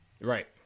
Right